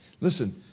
Listen